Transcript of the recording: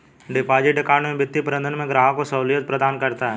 deposit account वित्तीय प्रबंधन में ग्राहक को सहूलियत प्रदान करता है